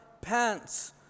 pants